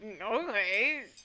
okay